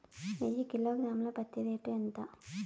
వెయ్యి కిలోగ్రాము ల పత్తి రేటు ఎంత?